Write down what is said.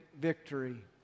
victory